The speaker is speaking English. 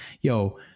Yo